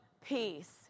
Peace